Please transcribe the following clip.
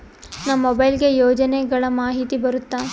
ನಮ್ ಮೊಬೈಲ್ ಗೆ ಯೋಜನೆ ಗಳಮಾಹಿತಿ ಬರುತ್ತ?